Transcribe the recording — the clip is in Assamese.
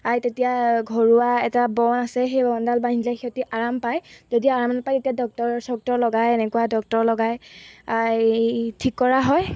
আই তেতিয়া ঘৰুৱা এটা বন আছে সেই বনডাল বান্ধিলে সিহঁতে আৰাম পায় যদি আৰাম নাপায় তেতিয়া ডক্তৰ চক্টৰ লগাই এনেকুৱা ডক্তৰ লগাই আই ঠিক কৰা হয়